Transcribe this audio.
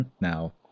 now